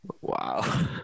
Wow